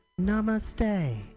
Namaste